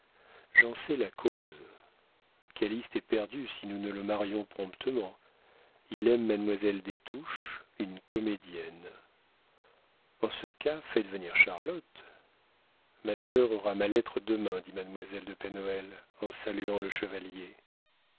j'en sais la cause calyste est perdu si nous ne le marions promptement il aime mademoiselle des touches une comédienne en ce cas faites venir charlotte ma sœur aura ma lettre demain dit mademoiselle de pen hoël en saluant le chevalier